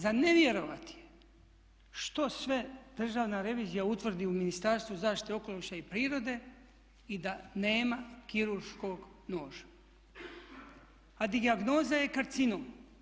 Za ne vjerovati je što sve Državna revizija utvrdi u Ministarstvu zaštite okoliša i prirode i da nema kirurškog noža, a dijagnoza je karcinom.